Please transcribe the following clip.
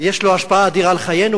יש לו השפעה אדירה על חיינו,